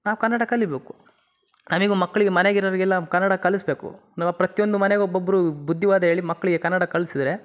ನಾವು ಕನ್ನಡ ಕಲೀಬೇಕು ನಮಗೂ ಮಕ್ಕಳಿಗೂ ಮನೇಗೆ ಇರೋವ್ರಿಗೆಲ್ಲ ಕನ್ನಡ ಕಲಿಸ್ಬೇಕು ನಮ್ಮ ಪ್ರತಿಯೊಂದು ಮನೆಗೂ ಒಬ್ಬೊಬ್ಬರಿಗೂ ಬುದ್ಧಿವಾದ ಹೇಳಿ ಮಕ್ಕಳಿಗೆ ಕನ್ನಡ ಕಲ್ಸುದ್ರೆ